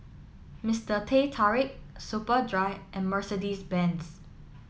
Mister Teh Tarik Superdry and Mercedes Benz